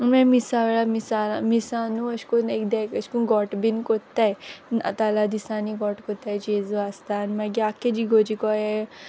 मागी मिसा वेळा मिसा न्हू अेश कोन्न लायक ते अेश कोन्न गोठ बीन कोत्ताय नातालां दिसांनी गोठ कोत्ताय जेजू आसता मागी आख्खे इगोर्जी कोडे